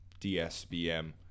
DSBM